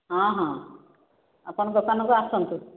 ହଁ ହଁ ଆପଣ ଦୋକାନକୁ ଆସନ୍ତୁ